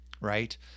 right